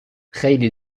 خیلی